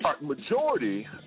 majority